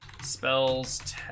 spells